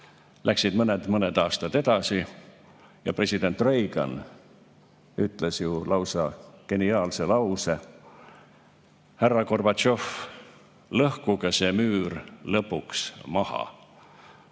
Läksid mõned aastad edasi ja president Reagan ütles ju lausa geniaalse lause: "Härra Gorbatšov, lõhkuge see müür maha!"